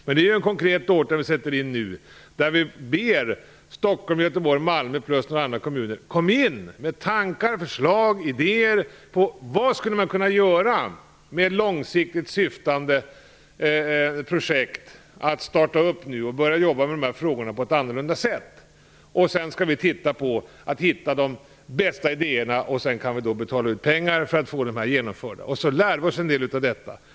Men vi sätter nu in en konkret åtgärd, när vi ber Stockholm, Göteborg, Malmö plus några andra kommuner att komma in med tankar, förslag och idéer om vad man skulle kunna göra med de långsiktigt syftande projekt som nu skall startas upp, så att man kan jobba med dessa frågor på ett annorlunda sätt. Sedan skall vi försöka hitta de bästa idéerna. Därefter kan vi betala ut pengar för att få projekten genomförda. Sedan lär vi oss en del av detta.